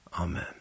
Amen